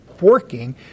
working